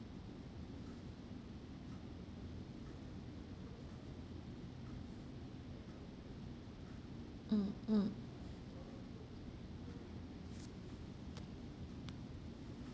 mm mm